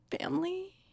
family